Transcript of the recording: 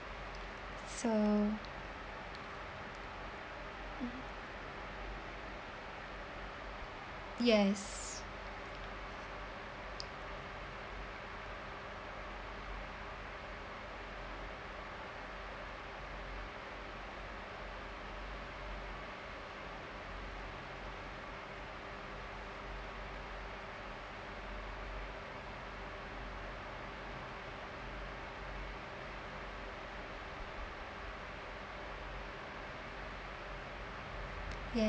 so yes yes